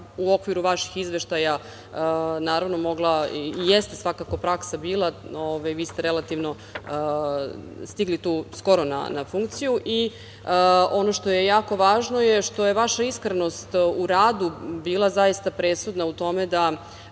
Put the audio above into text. u okviru vaših izveštaja naravno mogla, i jeste svakako praksa bila, vi ste relativno skoro stigli na funkciju. Ono što je jako važno je što je vaša iskrenost u radu bila zaista presudna u tome da